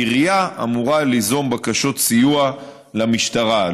העיריה אמורה ליזום בקשות לסיוע של המשטרה,